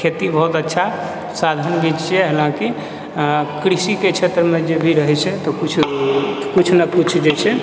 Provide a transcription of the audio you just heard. खेती बहुत अच्छा साधन भी छियै हालाँकि कृषिके क्षेत्रमे जेभी रहैत छै तऽ किछु किछु ने किछु जे छै